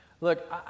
Look